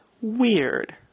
weird